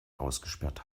ausgesperrt